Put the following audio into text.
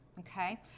Okay